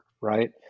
right